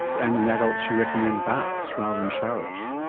and in adults you recommend baths rather than showers.